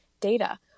data